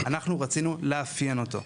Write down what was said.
אנחנו רצינו לאפיין אותו.